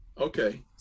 Okay